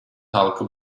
halkı